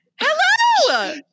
Hello